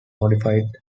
modified